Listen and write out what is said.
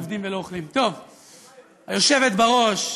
היושבת בראש,